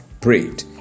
prayed